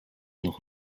noch